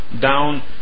down